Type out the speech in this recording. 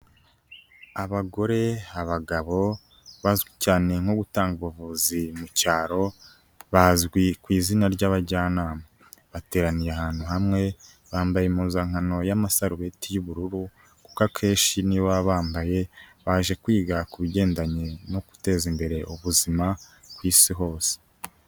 Abagore, abagabo, bazwi cyane nko gutanga ubuvuzi mu cyaro, bazwi ku izina ry'abajyanama. Bateraniye ahantu hamwe, bambaye impuzankano y'amasarubeti y'ubururu, kuko akenshi ni waba bambaye, baje kwiga ku bigendanye no guteza imbere ubuzima ku isi hose.